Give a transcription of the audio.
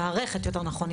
המערכת יותר נכון,